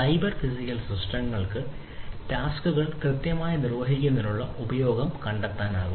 cyber physical സിസ്റ്റങ്ങൾക്ക് ടാസ്കുകൾ കൃത്യമായി നിർവ്വഹിക്കുന്നതിനുള്ള ഉപയോഗം കണ്ടെത്താനാകും